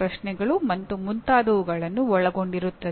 ಪ್ರಶ್ನೆಗಳನ್ನು ಎದುರಿಸುತ್ತೀರಿ ಮತ್ತು ನಾವು ಅದನ್ನು ಫೀಲಾಸಫಿ ಆಫ್ ಎಜುಕೇಶನ್ ಎಂದು ಕರೆಯುತ್ತೇವೆ